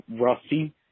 Rusty